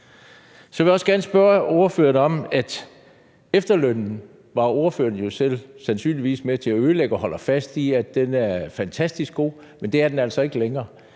Så vil jeg også gerne spørge ordføreren til efterlønnen, som ordføreren jo sandsynligvis selv var med til at ødelægge og holder fast i er fantastisk god, men det er den altså ikke længere.